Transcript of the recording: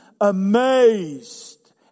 amazed